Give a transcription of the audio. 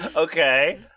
Okay